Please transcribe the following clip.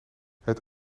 het